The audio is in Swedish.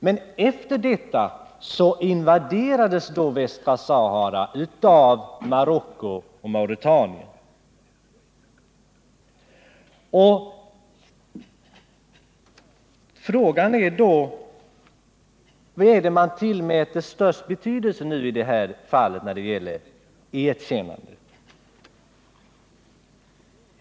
Men sedan invaderades Västra Sahara av Demokratiska : sähariska. arabre Marocko och Mauretanien. publiken Frågan är då vad man tillmäter störst betydelse när det gäller erkännandet.